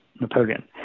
Napoleon